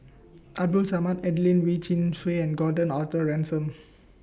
Abdul Samad Adelene Wee Chin Suan and Gordon Arthur Ransome